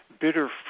bitter